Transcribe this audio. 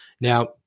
Now